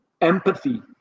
empathy